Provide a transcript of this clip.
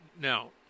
now